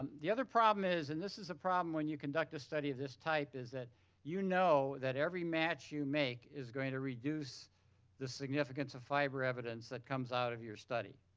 um the other problem is and this is a problem when you conduct a study of this type is that you know that every match you make is going to reduce the significance of fiber evidence that comes out of your study.